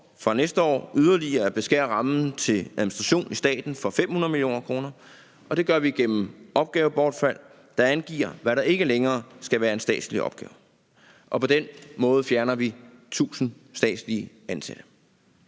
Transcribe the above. fra næste år yderligere at beskære rammen til administration i staten for 500 mio. kr., og det gør vi igennem opgavebortfald, der angiver, hvad der ikke længere skal være en statslig opgave. På den måde fjerner vi 1000 statslige ansatte.